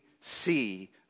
see